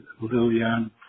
Lilian